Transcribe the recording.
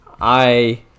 I-